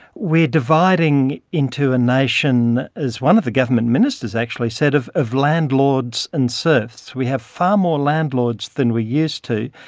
we are dividing into a nation, as one of the government ministers actually said, of of landlords and serfs. we have far more landlords than we used to,